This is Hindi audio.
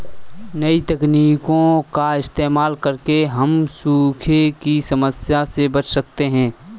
नई तकनीकों का इस्तेमाल करके हम सूखे की समस्या से बच सकते है